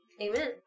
Amen